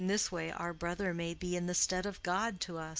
in this way our brother may be in the stead of god to us,